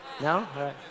no